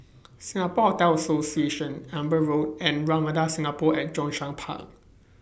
Singapore Hotel Association Amber Road and Ramada Singapore At Zhongshan Park